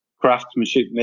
craftsmanship